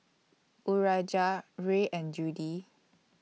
Urijah Rhea and Judy